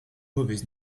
mauvais